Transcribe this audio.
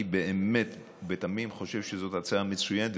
אני באמת ובתמים חושב שזאת הצעה מצוינת,